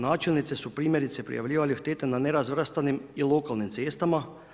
Načelnici su primjerice prijavljivali štete na nerazvrstanim i lokalnim cestama.